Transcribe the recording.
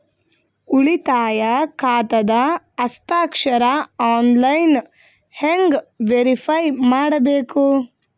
ಉಳಿತಾಯ ಖಾತಾದ ಹಸ್ತಾಕ್ಷರ ಆನ್ಲೈನ್ ಹೆಂಗ್ ವೇರಿಫೈ ಮಾಡಬೇಕು?